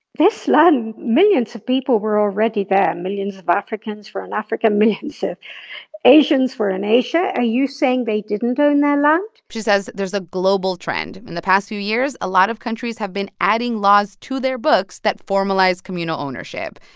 this land millions of people were already there. millions of africans were in africa. millions of asians were in asia. are you saying they didn't own their land? she says there's a global trend. in the past few years, a lot of countries have been adding laws to their books that formalize communal ownership.